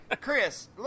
Chris